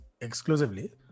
exclusively